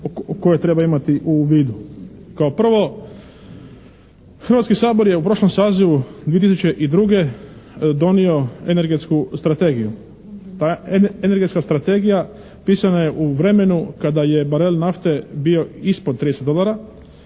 koje treba imati u vidu. Kao prvo Hrvatski sabor je u prošlom sazivu 2002. donio energetsku strategiju. A energetska strategija pisana je u vremenu kada je barel nafte bio ispod 30 dolara,